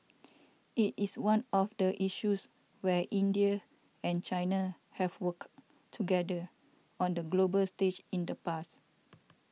it is one of the issues where India and China have worked together on the global stage in the past